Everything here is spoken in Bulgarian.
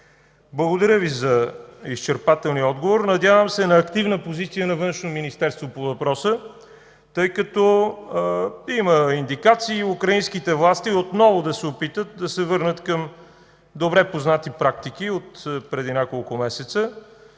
Благодаря Ви за изчерпателния отговор. Надявам се на активна позиция на Външно министерство по въпроса, тъй като има индикации украинските власти отново да се опитат да се върнат към добре познати практики отпреди няколко месеца.